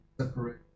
separate